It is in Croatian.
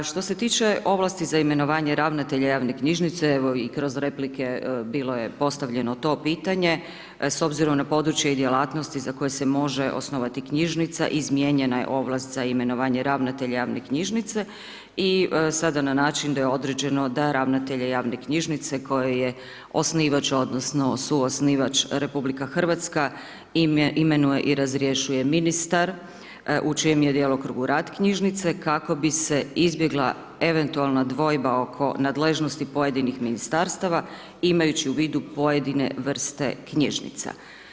Što se tiče ovlasti za imenovanje ravnatelja javne knjižnice, evo i kroz replike bilo je postavljeno to pitanje, s obzirom na područje i djelatnosti za koje se može osnovati knjižnica, izmijenjena je ovlast za imenovanje ravnatelja javne knjižnice i sada na način da je određeno da ravnatelje javne knjižnice kojoj je osnivač odnosno suosnivač RH imenuje i razrješuje ministar u čijem je djelokrugu rad knjižnice, kako bi se izbjegla eventualna dvojba oko nadležnosti pojedinih Ministarstava, imajući u vidu pojedine vrste knjižnica.